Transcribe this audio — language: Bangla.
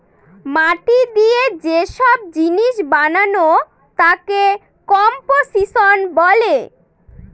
মাটি দিয়ে যে সব জিনিস বানানো তাকে কম্পোসিশন বলে